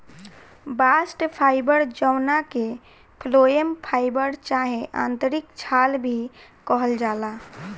bast fibre जवना के phloem fibre चाहे आंतरिक छाल भी कहल जाला